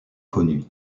connues